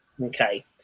Okay